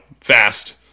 fast